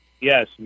Yes